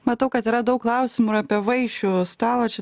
matau kad yra daug klausimų ir apie vaišių stalą čia